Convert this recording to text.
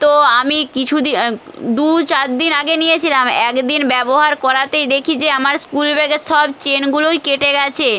তো আমি কিছু দি দু চার দিন আগে নিয়েছিলাম এক দিন ব্যবহার করাতেই দেখি যে আমার স্কুল ব্যাগের সব চেনগুলোই কেটে গিয়েছে